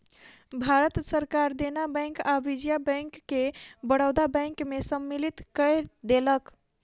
भारत सरकार देना बैंक आ विजया बैंक के बड़ौदा बैंक में सम्मलित कय देलक